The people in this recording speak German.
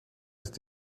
ist